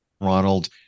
Ronald